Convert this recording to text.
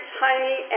tiny